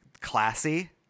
classy